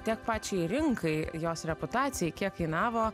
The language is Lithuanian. tiek pačiai rinkai jos reputacijai kiek kainavo